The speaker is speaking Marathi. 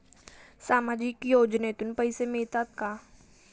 सामाजिक योजनेतून पैसे मिळतात का?